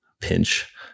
pinch